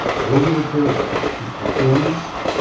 all you will care about is performance,